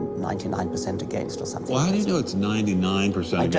ninety nine percent against or something well, how do you know it's ninety nine percent yeah